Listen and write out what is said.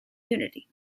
unity